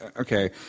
Okay